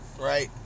right